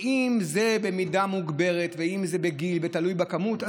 מסוכן אם זה במידה מוגברת ואם זה תלוי גיל או תלוי בכמות?